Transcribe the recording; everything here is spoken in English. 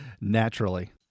Naturally